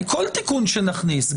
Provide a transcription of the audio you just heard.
כל תיקון שנכניס,